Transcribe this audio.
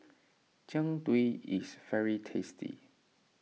Jian Dui is very tasty